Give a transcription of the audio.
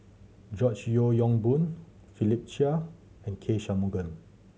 George Yeo Yong Boon Philip Chia and K Shanmugam